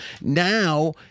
Now